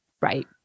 Right